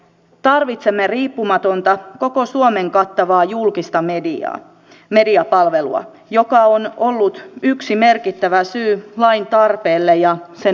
tarvitsemme riippumatonta koko suomen kattavaa julkista mediapalvelua joka on ollut yksi merkittävä syy lain tarpeelle ja sen muodolle